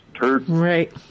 Right